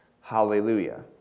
Hallelujah